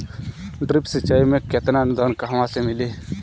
Drip सिंचाई मे केतना अनुदान कहवा से मिली?